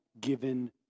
given